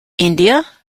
india